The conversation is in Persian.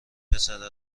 پسره